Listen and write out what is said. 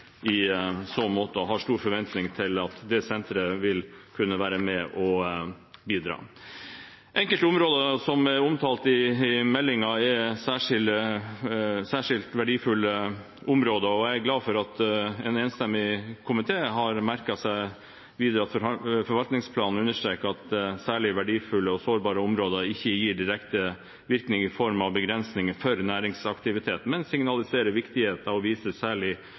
i så måte. Jeg har store forventninger til at det senteret vil kunne være med og bidra. Enkelte områder som er omtalt i meldingen, er særskilt verdifulle områder, og jeg er glad for at en enstemmig komité har merket seg at forvaltningsplanen understreker at særlig verdifulle og sårbare områder ikke gir direkte virkning i form av begrensninger for næringsaktivitet, men signaliserer viktigheten av å vise særlig